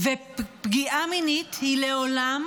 פגיעה מינית היא לעולם